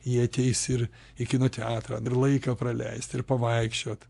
jie ateis ir į kino teatrą laiką praleisti ir pavaikščiot